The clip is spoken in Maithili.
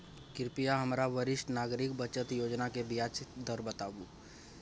कृपया हमरा वरिष्ठ नागरिक बचत योजना के ब्याज दर बताबू